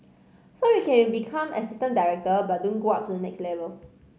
so you can become assistant director but don't go up to the next level